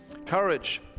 Courage